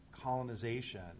colonization